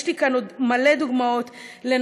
יש לי כאן עוד מלא דוגמאות לנשים,